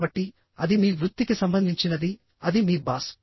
కాబట్టి అది మీ వృత్తికి సంబంధించినది అది మీ బాస్